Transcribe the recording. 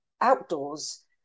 outdoors